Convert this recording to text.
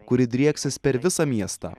kuri drieksis per visą miestą